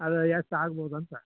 ಹಾಂ ಹಾಂ ಸರಿ ಸರಿ